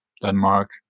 Denmark